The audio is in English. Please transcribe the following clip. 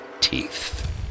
teeth